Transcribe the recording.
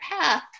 path